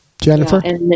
Jennifer